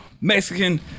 Mexican